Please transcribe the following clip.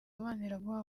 maniraguha